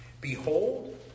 Behold